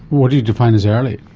what do you define as early?